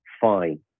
fine